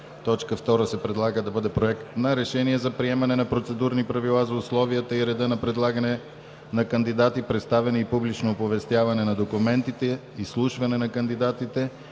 Народното събрание. 2. Проект на решение за приемане на Процедурни правила за условията и реда на предлагане на кандидати, представяне и публично оповестяване на документите, изслушване на кандидатите